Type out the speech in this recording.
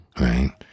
right